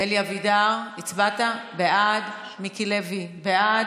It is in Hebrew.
אלי אבידר, בעד, מיקי לוי, בעד,